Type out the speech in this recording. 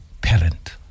parent